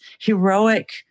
heroic